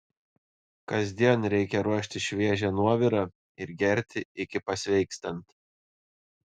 kasdien reikia ruošti šviežią nuovirą ir gerti iki pasveikstant